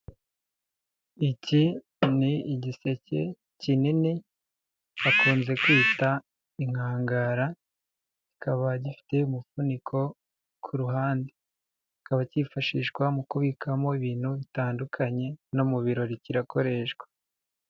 Iki ni igiseke kinini bakunze kwita inkangara kikaba gifite umufuniko ku ruhande, kikaba kifashishwa mu kubikamo ibintu bitandukanye no mu birori kirakoreshwa.